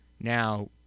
Now